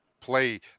play